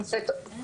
אני עושה תורנות,